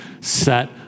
set